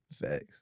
Facts